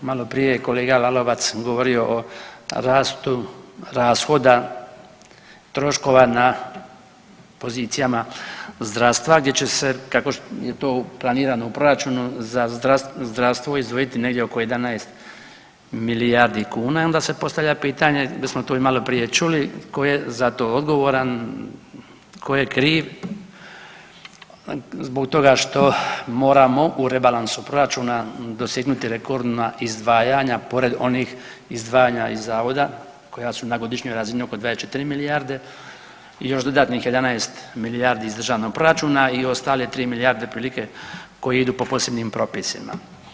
Maloprije je kolega Lalovac govorio o rastu rashoda troškova na pozicijama zdravstva gdje će se kako je to planirano u proračunu za zdravstvo izdvojiti negdje oko 11 milijardi kuna i onda se postavlja pitanje gdje smo to i maloprije čuli, tko je za to odgovoran, tko je kriv zbog toga što moramo u rebalansu proračuna dosegnuti rekordna izdvajanja pored onih izdvajanja iz zavoda koja su na godišnjoj razini oko 24 milijarde i još dodatnih 11 milijardi iz državnog proračuna i ostale 3 milijarde otprilike koje idu po posebnim propisima.